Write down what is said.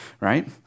right